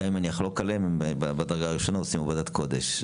גם אם אני אחלוק עליהם הם בדרגה הראשונה ועושים עבודת קודש.